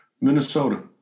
Minnesota